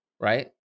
right